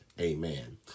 Amen